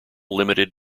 limited